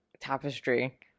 tapestry